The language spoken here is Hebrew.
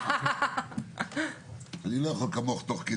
הזה אנחנו עוסקים בפרק שהוא פרק סטנדרטי של סמכויות פיקוח שאין בו הוראות